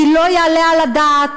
כי לא יעלה על הדעת,